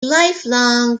lifelong